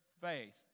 faith